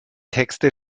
texte